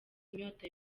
inyota